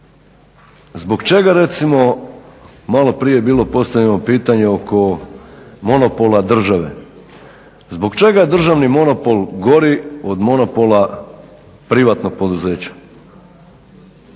zbog čega recimo maloprije je bilo postavljeno pitanje oko monopola države, zbog čega državni monopol gori o monopola privatnog poduzeća?